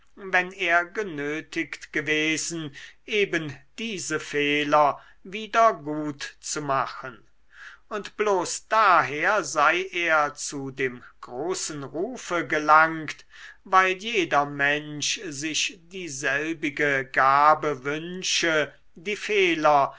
wenn er genötigt gewesen eben diese fehler wieder gutzumachen und bloß daher sei er zu dem großen rufe gelangt weil jeder mensch sich dieselbige gabe wünsche die fehler